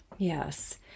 Yes